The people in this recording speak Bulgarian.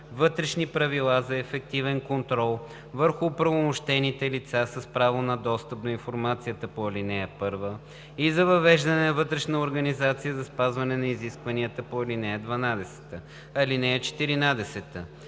вътрешни правила за ефективен контрол върху оправомощените лица с право на достъп до информацията по ал. 1 и за въвеждане на вътрешна организация за спазване на изискванията по ал. 12. (14)